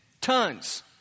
tons